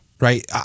Right